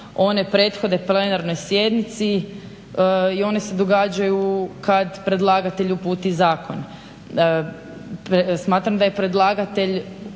One prethode plenarnoj sjednici i one se događaju kad predlagatelj uputi zakon. Smatram da je predlagatelj